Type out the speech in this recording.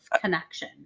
connection